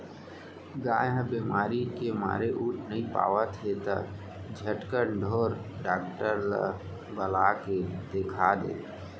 गाय ह बेमारी के मारे उठ नइ पावत हे त झटकन ढोर डॉक्टर ल बला के देखा दे